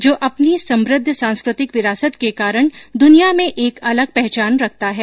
जो अपनी समृद्ध सांस्कृतिक विरासत के कारण दुनिया में एक अलग पहचान रखता है